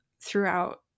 throughout